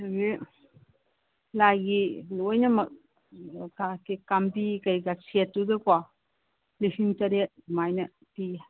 ꯑꯗꯒꯤ ꯂꯥꯏꯒꯤ ꯂꯣꯏꯅꯃꯛ ꯀꯝꯕꯤ ꯀꯩꯀꯥ ꯁꯦꯠꯇꯨꯗꯀꯣ ꯂꯤꯁꯤꯡ ꯇꯔꯦꯠ ꯑꯗꯨꯃꯥꯏꯅ ꯄꯤꯌꯦ